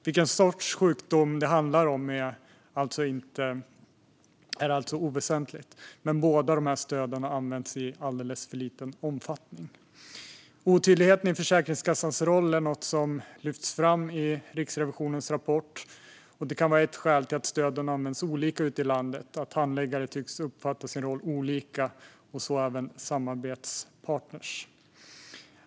Vilken sorts sjukdom det handlar om är alltså oväsentligt. Båda stöden har använts i alldeles för liten omfattning. Otydligheten i Försäkringskassans roll lyfts fram i Riksrevisionens rapport. Det kan vara ett skäl till att stöden används på olika sätt ute i landet. Handläggare tycks uppfatta sin roll olika och så även samarbetspartner.